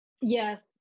Yes